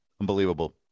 Unbelievable